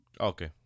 Okay